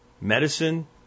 medicine